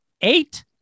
Eight